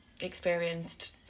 experienced